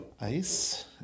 ice